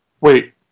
Wait